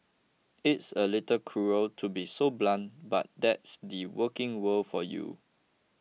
it's a little cruel to be so blunt but that's the working world for you